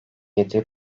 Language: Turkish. yedi